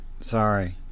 Sorry